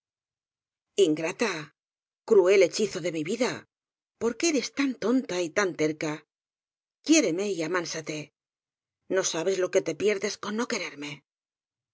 ingrata cruel hechizo de mi vida por qué eres tan tonta y tan terca quiéreme y amánsate no sabes lo que te pierdes con no quererme